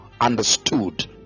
understood